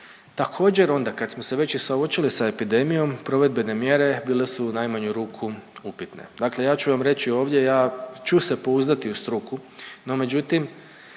Također onda kad smo se već i suočili sa epidemijom provedbene mjere bile su u najmanju ruku upitne. Dakle, ja ću vam reći ovdje, ja ću se pouzdati u struku no međutim